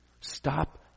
Stop